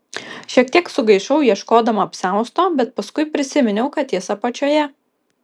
šiek tiek sugaišau ieškodama apsiausto bet paskui prisiminiau kad jis apačioje